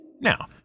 Now